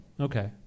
Okay